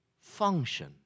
function